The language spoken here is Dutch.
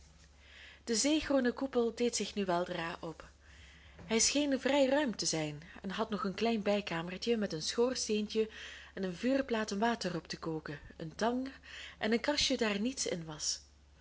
de zeegroene koepel deed zich nu weldra op hij scheen vrij ruim te zijn en had nog een klein bijkamertje met een schoorsteentje en een vuurplaat om water op te koken een tang en een kastje daar niets in was